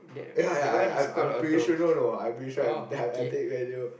ya ya I I am pretty sure no no I am pretty sure I I take manual